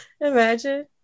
Imagine